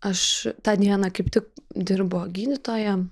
aš tą dieną kaip tik dirbo gydytoja